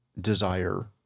desire